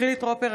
חילי טרופר,